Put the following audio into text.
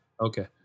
Okay